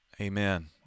Amen